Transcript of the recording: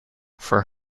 for